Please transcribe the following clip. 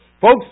Folks